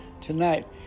tonight